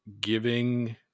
giving